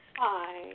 Hi